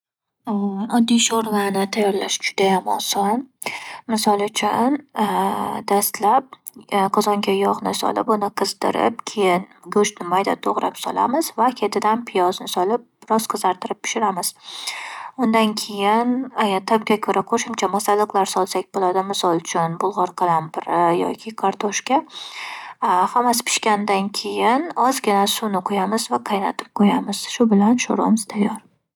Oddiy sho'rvani tayyorlash judayam oson. Misol uchun, dastlab qozonga yog'ni solib uni qizdirib, keyin go'shtni mayda to'g'rab solamiz va ketidan piyozni solib biroz qizartirib pishiramiz. Undan keyin tabga ko'ra qo'shimcha masalliqlar solsak bo'ladi. Misol uchun, bulg'or qalampiri yoki kartoshka. Hammasi pishganidan keyin ozgina suvni quyamiz va qaynatib qo'yamiz. Shu bilan sho'rvamiz tayyor.